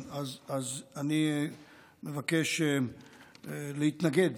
אז אני מבקש להתנגד